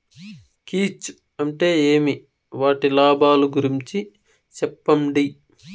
కీచ్ అంటే ఏమి? వాటి లాభాలు గురించి సెప్పండి?